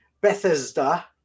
Bethesda